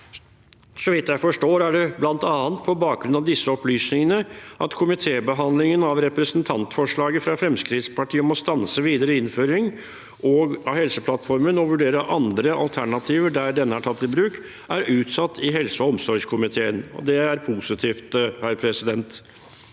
Så vidt jeg forstår, er det bl.a. på bakgrunn av disse opplysningene at komitébehandlingen av representantforslaget fra Fremskrittspartiet om å stanse videre innføring av Helseplattformen og vurdere andre alternativer der denne er tatt i bruk, er utsatt i helse- og omsorgskomiteen. Det er positivt. Vi er nødt